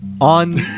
on